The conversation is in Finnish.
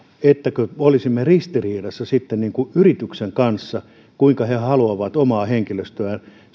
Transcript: niin että olisimme ristiriidassa yrityksen kanssa siinä kuinka he haluavat omaa henkilöstöään